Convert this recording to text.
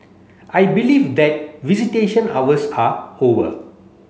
I believe that visitation hours are over